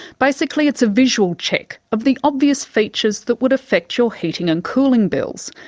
basically it's a visual check of the obvious features that would affect your heating and cooling bills.